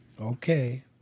Okay